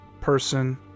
person